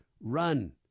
run